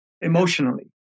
emotionally